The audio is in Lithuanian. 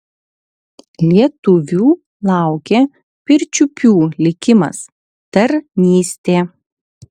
lietuvių laukė pirčiupių likimas tarnystė